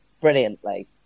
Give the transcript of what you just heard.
brilliantly